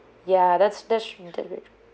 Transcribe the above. ya that's that's very true